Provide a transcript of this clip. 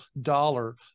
dollar